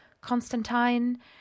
Constantine